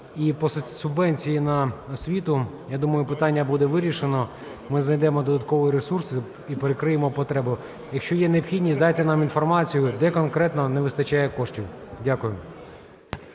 І по субвенції на освіту, я думаю, питання буде вирішено, ми знайдемо додаткові ресурси і перекриємо потребу. Якщо є необхідність, дайте нам інформацію, де конкретно не вистачає коштів. Дякую.